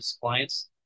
clients